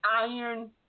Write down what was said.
Iron